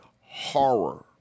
horror